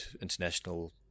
international